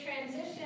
transition